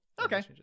Okay